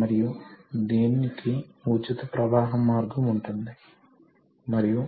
మరియు అదేవిధంగా ఒక ఇన్లెట్ను కలిగి ఉండవచ్చు